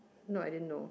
no I didn't know